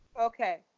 okay